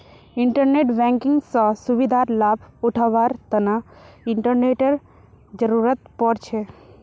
internet banking स सुविधार लाभ उठावार तना इंटरनेटेर जरुरत पोर छे